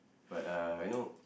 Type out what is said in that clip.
but uh you know